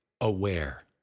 aware